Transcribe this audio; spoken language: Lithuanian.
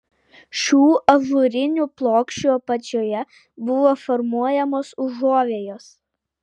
šių ažūrinių plokščių apačioje buvo formuojamos užuovėjos